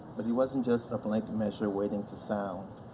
but he wasn't just a blank measure waiting to sound.